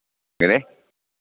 എങ്ങനെ